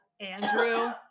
Andrew